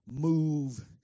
move